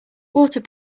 water